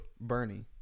Bernie